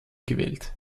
gewählt